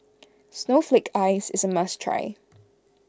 Snowflake Ice is a must try